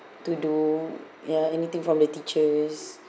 to do ya anything from the teachers